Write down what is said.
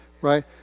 right